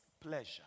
pleasure